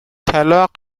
طلاق